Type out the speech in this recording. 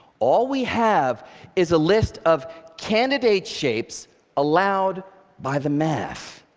all we have is a list of candidate shapes allowed by the math.